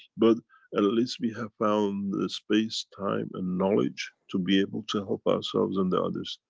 but and at least we have found the space, time and knowledge to be able to help ourselves and the others.